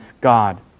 God